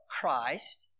Christ